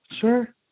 Sure